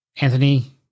Anthony